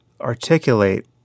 articulate